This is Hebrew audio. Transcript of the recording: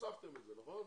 הוספתם את זה, נכון?